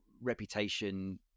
reputation